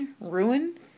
Ruin